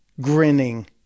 grinning